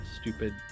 stupid